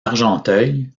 argenteuil